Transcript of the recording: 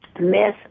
Miss